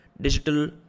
digital